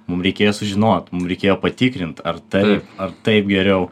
mum reikėjo sužinot mum reikėjo patikrinti ar taip ar taip geriau